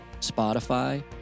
Spotify